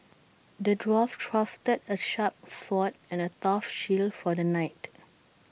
the dwarf crafted A sharp sword and A tough shield for the knight